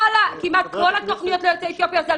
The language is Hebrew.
כמעט כל התכניות ליוצאי אתיופיה זה על